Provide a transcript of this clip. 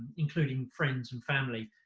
including friends and family.